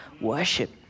Worship